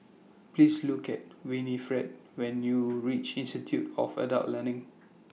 Please Look IT Winifred when YOU REACH Institute of Adult Learning